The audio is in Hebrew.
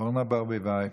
אורנה ברביבאי,